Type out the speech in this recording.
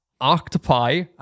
octopi